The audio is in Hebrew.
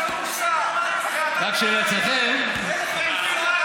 רק שכשזה אצלכם,